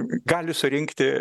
gali surinkti